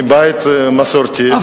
מסורתי.